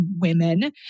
women